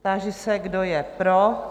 Táži se, kdo je pro?